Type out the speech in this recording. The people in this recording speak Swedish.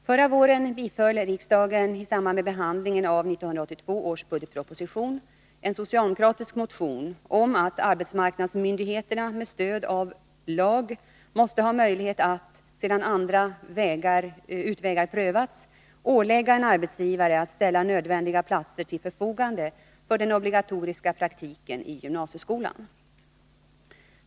Förra våren biföll riksdagen i samband med behandlingen av 1982 års budgetproposition en socialdemokratisk motion om att arbetsmarknadsmyndigheterna med stöd av lag måste ha möjlighet att — sedan andra utvägar prövats — ålägga en arbetsgivare att ställa nödvändiga platser till förfogande för den obligatoriska praktiken i gymnasieskolan.